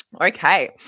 Okay